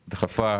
שדחפה,